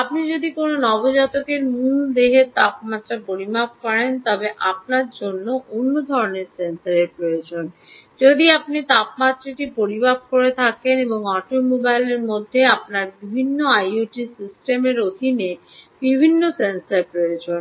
আপনি যদি কোনও নবজাতকের মূল দেহের তাপমাত্রা পরিমাপ করছেন তবে আপনার অন্য ধরণের সেন্সর প্রয়োজন যদি আপনি তাপমাত্রাটি পরিমাপ করে থাকেন একটি অটোমোবাইলের মধ্যে আপনার বিভিন্ন আইওটি সিস্টেমের অধীনে বিভিন্ন ধরণের সেন্সর প্রয়োজন